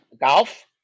golf